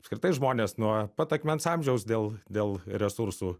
apskritai žmonės nuo pat akmens amžiaus dėl dėl resursų